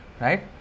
right